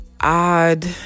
odd